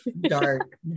dark